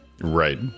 right